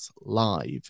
Live